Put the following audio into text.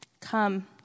Come